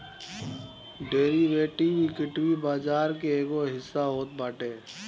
derivative, equity बाजार के एगो हिस्सा होत बाटे